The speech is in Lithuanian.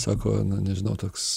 sako na nežinau toks